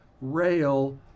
rail